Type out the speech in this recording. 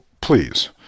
please